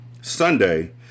Sunday